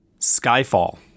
Skyfall